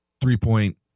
three-point